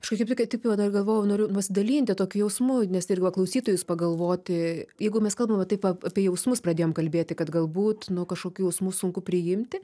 aš kaip tik taip va dar galvojau norėjau pasidalinti tokiu jausmu nes tai ir va klausytojus pagalvoti jeigu mes kalbam va taip va apie jausmus pradėjom kalbėti kad galbūt nu kažkokių jausmų sunku priimti